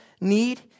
need